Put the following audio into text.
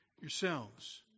yourselves